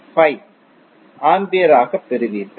165 ஆம்பியராகப் பெறுவீர்கள்